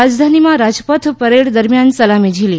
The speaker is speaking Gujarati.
રાજધાનીમાં રાજપથ પરેડ દરમિયાન સલામી ઝીલી